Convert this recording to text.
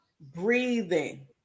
breathing